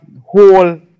whole